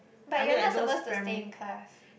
but you are not supposed to stay in class